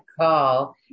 call